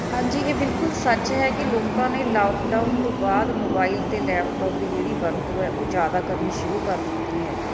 ਹਾਂਜੀ ਇਹ ਬਿਲਕੁਲ ਸੱਚ ਹੈ ਕਿ ਲੋਕਾਂ ਨੇ ਲਾਕਡਾਊਨ ਤੋਂ ਬਾਅਦ ਮੋਬਾਈਲ ਅਤੇ ਲੈਪਟੋਪ ਦੀ ਜਿਹੜੀ ਵਰਤੋਂ ਹੈ ਉਹ ਜ਼ਿਆਦਾ ਕਰਨੀ ਸ਼ੁਰੂ ਕਰ ਦਿੱਤੀ ਹੈ